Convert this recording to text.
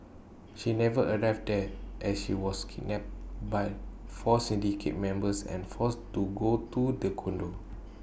she never arrived there as she was kidnapped by four syndicate members and forced to go to the condo